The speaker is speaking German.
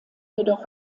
jedoch